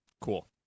Cool